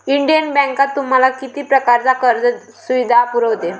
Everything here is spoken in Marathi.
इंडियन बँक तुम्हाला किती प्रकारच्या कर्ज सुविधा पुरवते?